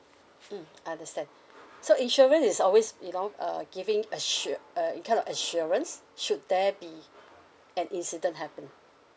mm I understand so insurance is always you know uh giving assure uh kind of assurance should there be an incident happened